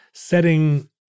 Setting